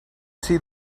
see